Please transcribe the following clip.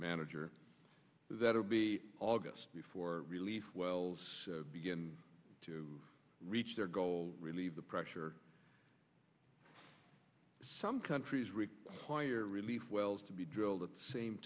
manager that will be august before relief wells begin to reach their goal relieve the pressure some countries relief wells to be drilled at the same